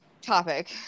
topic